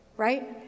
Right